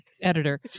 editor